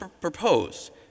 propose